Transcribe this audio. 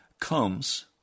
comes